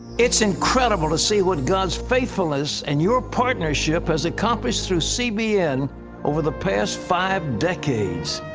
it's incredible to see what god's faithfulness and your partnership has accomplished through cbn over the past five decades.